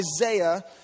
Isaiah